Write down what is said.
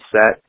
set